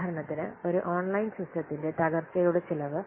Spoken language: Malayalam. ഉദാഹരണത്തിന് ഒരു ഓൺലൈൻ സിസ്റ്റത്തിന്റെ തകർച്ചയുടെ ചെലവ്